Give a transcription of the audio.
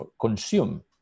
consume